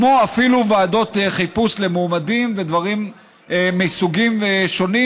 כמו אפילו ועדות חיפוש למועמדים ודברים מסוגים שונים,